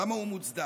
למה הוא מוצדק.